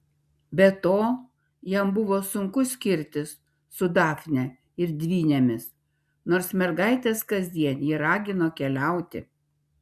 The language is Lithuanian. be to jam buvo sunku skirtis su dafne ir dvynėmis nors mergaitės kasdien jį ragino keliauti